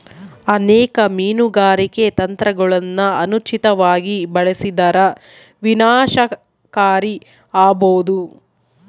ಅನೇಕ ಮೀನುಗಾರಿಕೆ ತಂತ್ರಗುಳನ ಅನುಚಿತವಾಗಿ ಬಳಸಿದರ ವಿನಾಶಕಾರಿ ಆಬೋದು